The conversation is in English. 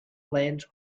land